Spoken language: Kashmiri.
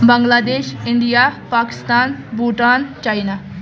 بَنگلہ دیش اِنڈیا پاکِستان بوٗٹان چاینا